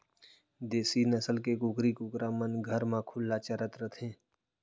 देसी नसल के कुकरी कुकरा मन घर म खुल्ला चरत रथें